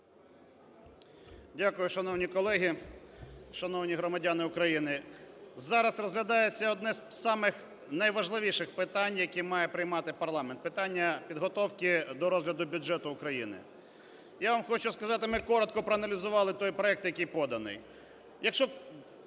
Дякую, шановні колеги! Шановні громадяни України, зараз розглядається одне з самих найважливіших питань, які має приймати парламент, – питання підготовки до розгляду бюджету України. Я вам хочу сказати, ми коротко проаналізували той проект, який поданий.